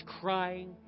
crying